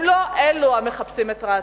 הם לא אלו המחפשים את רעתנו,